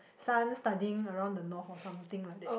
son studying around the North or something like that